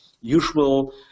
usual